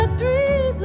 three